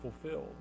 fulfilled